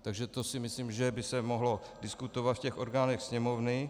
Takže to si myslím, že by se mohlo diskutovat v orgánech Sněmovny.